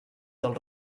del